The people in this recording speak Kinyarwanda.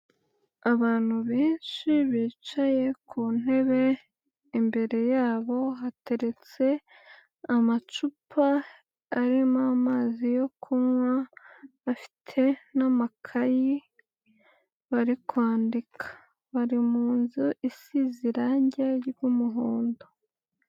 Abantu benshi bicaye ku ntebe, imbere yabo hateretse, amacupa arimo amazi yo kunywa, afite n'amakayi, bari kwandika. Bari mu nzu isize irange ry'umuhondo.